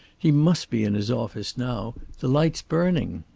he must be in his office now. the light's burning.